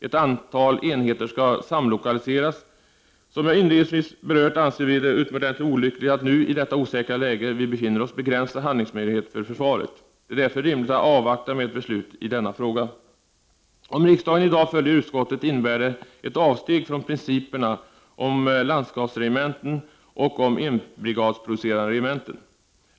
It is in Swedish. Ett antal enheter skall samlokaliseras. Som jag inledningsvis berört anser vi det utomordentligt olyckligt att nu, i det osäkra läge vi befinner oss i, begränsa handlingsmöjligheterna för försvaret. Det är därför rimligt att avvakta med ett beslut i denna fråga. Om riksdagen i dag följer utskottet innebär det ett avsteg från principerna om landskapsregementen och om enbrigadproducerande regementen.